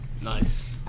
Nice